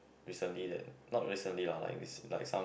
recently that not recently lah like is like some